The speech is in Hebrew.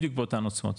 בדיוק באותן עוצמות,